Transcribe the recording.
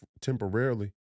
temporarily